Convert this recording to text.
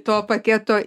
to paketo